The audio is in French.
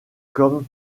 comme